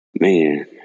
Man